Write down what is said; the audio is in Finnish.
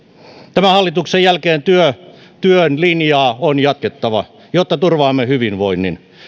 tämän hallituksen jälkeen työn linjaa on jatkettava jotta turvaamme hyvinvoinnin